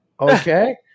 Okay